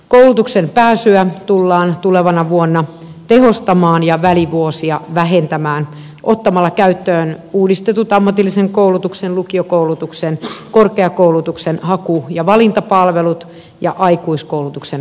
koulutukseen pääsyä tullaan tulevana vuonna tehostamaan ja välivuosia vähentämään ottamalla käyttöön uudistetut ammatillisen koulutuksen lukiokoulutuksen korkeakoulutuksen haku ja valintapalvelut ja aikuiskoulutuksen hakupalvelut